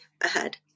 ahead